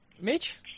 Mitch